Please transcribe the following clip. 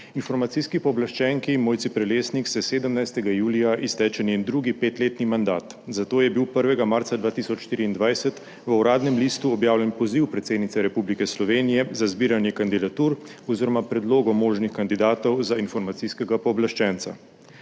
Informacijski pooblaščenki Mojci Prelesnik se 17. julija izteče njen drugi petletni mandat, zato je bil 1. marca 2024 v Uradnem listu objavljen poziv predsednice Republike Slovenije za zbiranje kandidatur oziroma predlogov možnih kandidatov za informacijskega pooblaščenca.